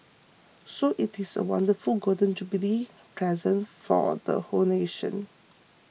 so it is a wonderful Golden Jubilee present for all the whole nation